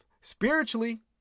spiritually